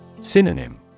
Synonym